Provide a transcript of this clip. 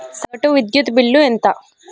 సగటు విద్యుత్ బిల్లు ఎంత?